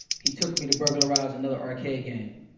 he took me to burglarize another arcade game.